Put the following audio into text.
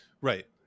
Right